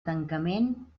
tancament